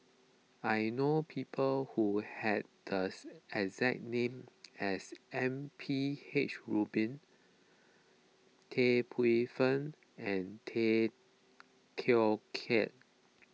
I know people who have the exact name as M P H Rubin Tan Paey Fern and Tay Teow Kiat